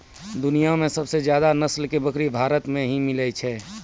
दुनिया मॅ सबसे ज्यादा नस्ल के बकरी भारत मॅ ही मिलै छै